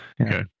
Okay